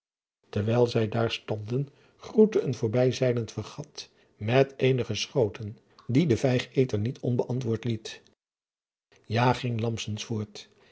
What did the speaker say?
erwijl zij daar stonden groette een voorbijzeilend fregat met eenige schoten die de ygeter niet onbeantwoord liet a ging voort